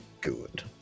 good